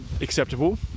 acceptable